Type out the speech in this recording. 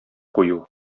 кую